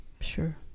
Sure